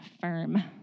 firm